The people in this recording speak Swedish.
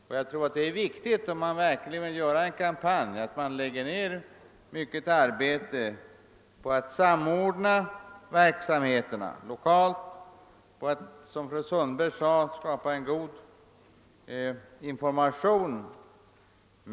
Om man vill genomföra en lyckad kampanj tror jag det är viktigt att man lägger ner mycket arbete på att samordna verksamheterna lokalt bl.a. för att — som fru Sundberg sade — skapa en god information.